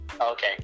okay